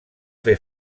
fer